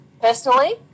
personally